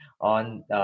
on